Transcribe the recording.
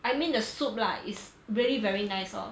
I mean the soup lah it's really very nice lor